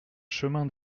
chemin